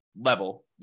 level